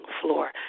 floor